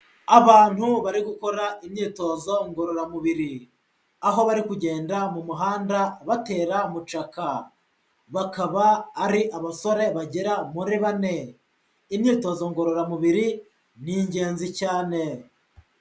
Abantu bari gukora imyitozo ngororamubiri, aho bari kugenda mu muhanda batera mucaka, bakaba ari abasore bagera muri bane, imyitozo ngororamubiri ni ingenzi cyane.